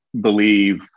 believe